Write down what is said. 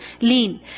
Lean